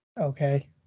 Okay